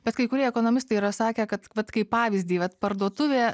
bet kai kurie ekonomistai yra sakę kad vat kaip pavyzdį vat parduotuvė